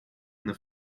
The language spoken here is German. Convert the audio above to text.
eine